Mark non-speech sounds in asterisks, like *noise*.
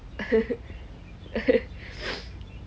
*laughs*